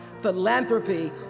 philanthropy